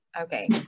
Okay